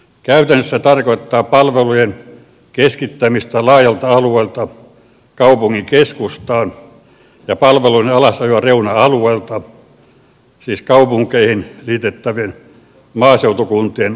käytännössä se tarkoittaa palvelujen keskittämistä laajalta alueelta kaupungin keskustaan ja palveluiden alasajoa reuna alueelta siis kaupunkeihin liitettävien maaseutukuntien alueelta